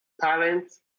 parents